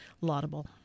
laudable